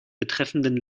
betreffenden